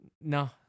No